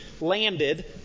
landed